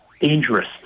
dangerous